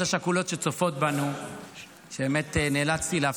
תודה על הדברים החשובים שנותנים קונטרה אחרת